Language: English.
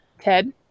Ted